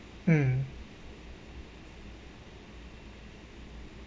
um